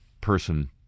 person